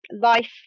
life